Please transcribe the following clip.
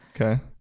Okay